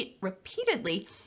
repeatedly